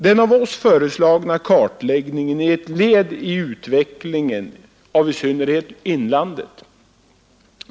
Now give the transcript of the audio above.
Den av oss föreslagna kartläggningen är ett led i utvecklingen av i synnerhet inlandet.